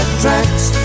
tracks